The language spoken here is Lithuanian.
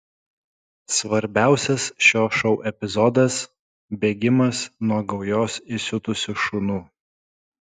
svarbiausias šio šou epizodas bėgimas nuo gaujos įsiutusių šunų